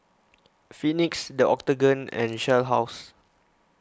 Phoenix the Octagon and Shell House